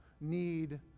need